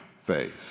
face